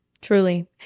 Truly